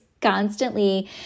constantly